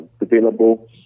available